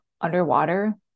underwater